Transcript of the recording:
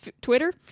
Twitter